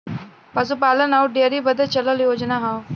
पसूपालन अउर डेअरी बदे चलल योजना हौ